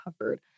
covered